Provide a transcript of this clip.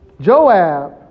Joab